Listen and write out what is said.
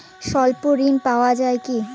স্বল্প ঋণ পাওয়া য়ায় কি?